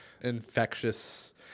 infectious